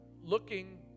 looking